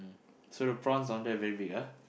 so the prawns down there very big ah